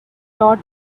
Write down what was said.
dot